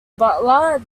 butler